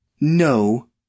No